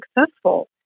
successful